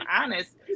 honest